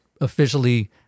officially